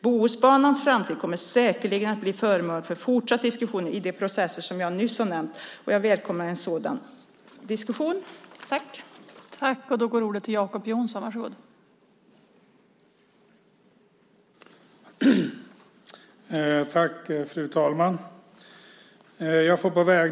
Bohusbanans framtid kommer säkerligen att bli föremål för fortsatt diskussion i de processer som jag nyss har nämnt, och jag välkomnar en sådan diskussion. Då Wiwi-Anne Johansson, som framställt interpellation 2006/07:162, anmält att hon var förhindrad att närvara vid sammanträdet medgav tredje vice talmannen att Jacob Johnson i stället fick delta i överläggningen.